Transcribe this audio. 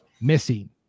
missing